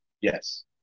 Yes